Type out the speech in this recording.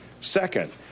Second